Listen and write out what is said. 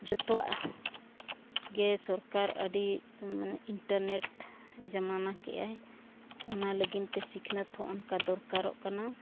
ᱡᱚᱛᱚᱣᱟᱜ ᱜᱮ ᱥᱚᱨᱠᱟᱨ ᱟᱹᱰᱤ ᱤᱱᱴᱟᱨᱱᱮᱴ ᱡᱟᱢᱟᱱᱟ ᱠᱮᱜ ᱟᱭ ᱚᱱᱟ ᱞᱟᱹᱜᱤᱫ ᱛᱮ ᱥᱤᱠᱷᱱᱟᱹᱛ ᱦᱚᱸ ᱚᱱᱠᱟ ᱫᱚᱨᱠᱟᱨᱚᱜ ᱠᱟᱱᱟ